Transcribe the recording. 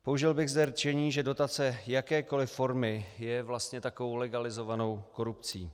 Použil bych zde rčení, že dotace jakékoliv formy je vlastně takovou legalizovanou korupcí.